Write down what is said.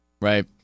Right